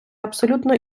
абсолютно